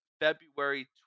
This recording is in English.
February